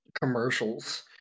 commercials